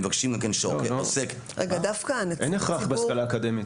אין הכרח בהשכלה אקדמית.